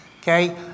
okay